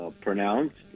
pronounced